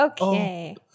Okay